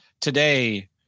today